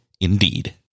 Indeed